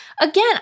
again